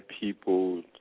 people